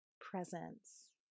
presence